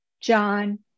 John